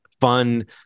fun